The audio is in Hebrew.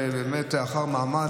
זה באמת לאחר מאמץ,